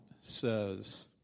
says